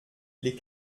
les